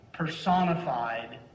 personified